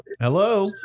Hello